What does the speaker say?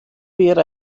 wäre